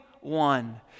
one